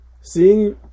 seeing